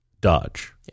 Dodge